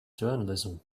journalism